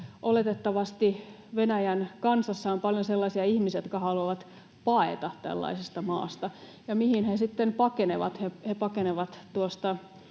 oletettavasti Venäjän kansassa on paljon sellaisia ihmisiä, jotka haluavat paeta tällaisesta maasta. Mihin he sitten pakenevat?